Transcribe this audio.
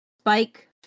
Spike